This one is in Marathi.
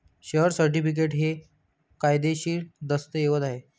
शेअर सर्टिफिकेट हे कायदेशीर दस्तऐवज आहे